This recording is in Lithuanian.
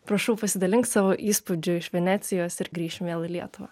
prašau pasidalink savo įspūdžiu iš venecijos ir grįšim vėl į lietuvą